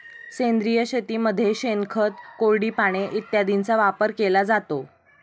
सेंद्रिय शेतीमध्ये शेणखत, कोरडी पाने इत्यादींचा वापर केला जातो